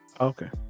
Okay